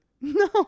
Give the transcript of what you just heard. no